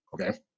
okay